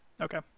Okay